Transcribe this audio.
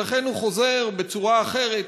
ולכן הוא חוזר בצורה אחרת